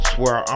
Swear